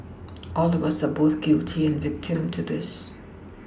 all of us are both guilty and victim to this